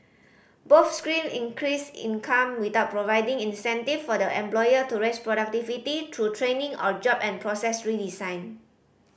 both scheme increased income without providing incentive for the employer to raise productivity through training or job and process redesign